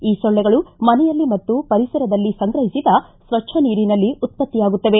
ಈ ಸೊಳ್ಳೆಗಳು ಮನೆಯಲ್ಲಿ ಮತ್ತು ಪರಿಸರದಲ್ಲಿ ಸಂಗ್ರಹಿಸಿದ ಸ್ವಚ್ಛ ನೀರಿನಲ್ಲಿ ಉತ್ಪತ್ತಿಯಾಗುತ್ತವೆ